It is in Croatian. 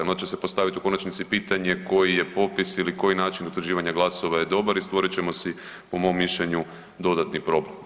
Onda će se postaviti u konačnici pitanje koji je popis ili koji je način utvrđivanja glasova je dobar i stvorit ćemo si, po mom mišljenju dodatni problem.